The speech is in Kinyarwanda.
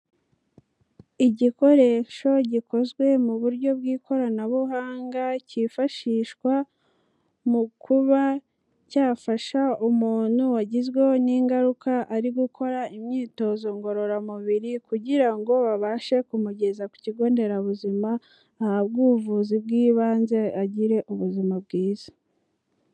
Igikoresho gikozwe mu buryo bw'ikoranabuhanga cyifashishwa mu kuba cyafasha umuntu wagizweho n'ingaruka ari gukora imyitozo ngororamubiri, kugira ngo babashe kumugeza ku kigo nderabuzima, ahabwe ubuvuzi bw'ibanze agire ubuzima bwiza.